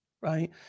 right